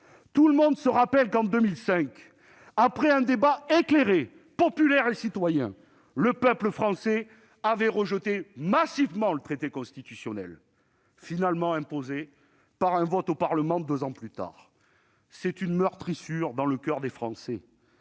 Tout le monde se le rappelle, en 2005, après un débat éclairé, populaire et citoyen, le peuple français avait rejeté massivement le traité constitutionnel, finalement imposé par un vote du Parlement, deux ans plus tard. Cette meurtrissure dans le coeur des Français